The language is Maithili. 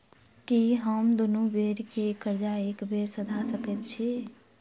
की हम दुनू बेर केँ कर्जा एके बेर सधा सकैत छी?